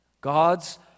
God's